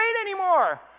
anymore